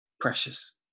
precious